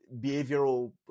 behavioral